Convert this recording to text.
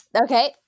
okay